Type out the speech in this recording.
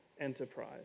enterprise